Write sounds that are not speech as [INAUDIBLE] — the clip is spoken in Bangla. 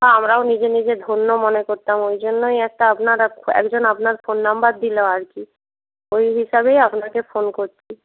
বা আমরাও নিজে নিজে ধন্য মনে করতাম ওই জন্যই একটা আপনার [UNINTELLIGIBLE] একজন আপনার ফোন নাম্বার দিল আর কি ওই হিসাবেই আপনাকে ফোন করছি